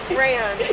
ran